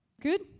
Good